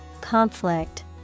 conflict